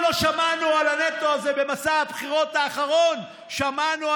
שמענו ערב הבחירות את ראש המועצה הלאומית לכלכלה מר אבי שמחון,